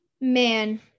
Man